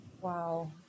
wow